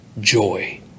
joy